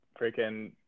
freaking